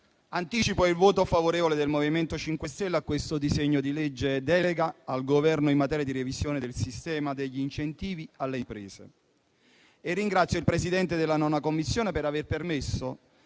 anticipo il voto favorevole del MoVimento 5 Stelle a questo disegno di legge delega al Governo in materia di revisione del sistema degli incentivi alle imprese. Ringrazio il Presidente della 9ª Commissione per aver permesso